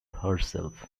herself